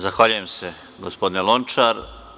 Zahvaljujem se gospodine Lončar.